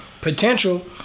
potential